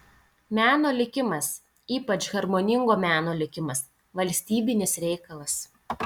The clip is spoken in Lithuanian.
meno likimas ypač harmoningo meno likimas valstybinis reikalas